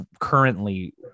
currently